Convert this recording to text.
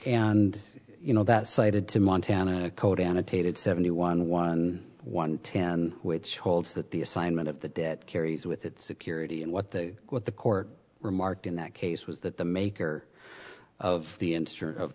and you know that cited to montana code annotated seventy one one one ten which holds that the assignment of the dead carries with it security and what the what the court remarked in that case was that the maker of the